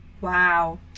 Wow